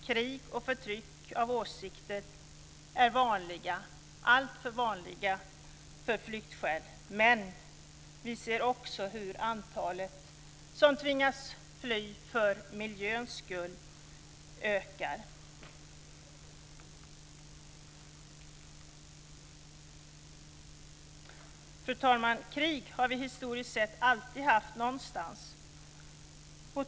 Krig och förtryck av åsikter är vanliga, alltför vanliga, flyktskäl. Men vi ser också hur det antal som tvingas fly för miljöns skull ökar. Fru talman! Krig har det historiskt sett alltid varit någonstans.